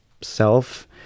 self